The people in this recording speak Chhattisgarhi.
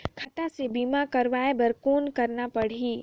खाता से बीमा करवाय बर कौन करना परही?